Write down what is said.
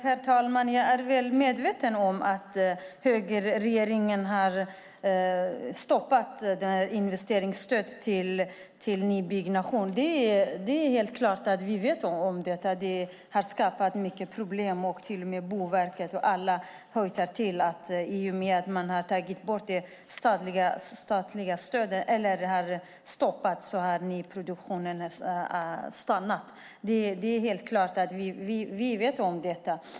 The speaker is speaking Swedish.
Herr talman! Jag är väl medveten om att högerregeringen har stoppat investeringsstödet till nybyggnation. Vi vet att det har skapat mycket problem. Boverket och andra hojtar till. Genom att man har stoppat det statliga stödet har nyproduktionen stannat. Det är helt klart att vi vet om detta.